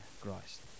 Christ